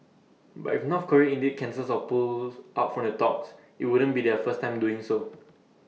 but if North Korea indeed cancels or pull out from the talks IT wouldn't be their first time doing so